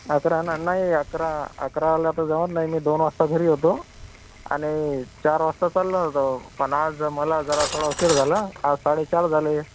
अकरा न नाही अकरा अकराला तर जमत नाही मी दोन वाजता घरी येतो आणि चार वाजता चालला जातो पण आज मला जरा थोडा उशीर झाला आज साडेचार झाले